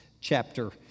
chapter